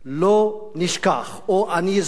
המכוניות "לא נשכח" או "אני אזכור לנצח",